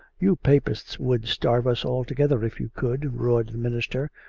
you papists would starve us altogether if you could, roared the minister,